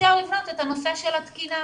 אפשר לבנות את הנושא של התקינה.